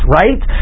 right